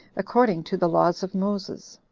according to the laws of moses.